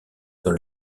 dans